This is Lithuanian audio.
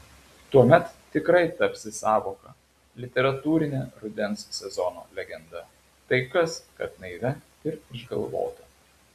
tuomet tikrai tapsi sąvoka literatūrine rudens sezono legenda tai kas kad naivia ir išgalvota